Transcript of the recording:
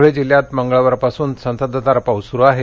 धुळे जिल्ह्यात मंगळवारपासून संततधार पाऊस सुरु आहे